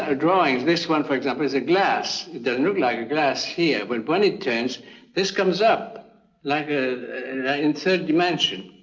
ah drawings. this one for example is a glass. it doesn't look like a glass here, but when it turns this comes up like a and and and third dimension.